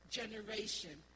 generation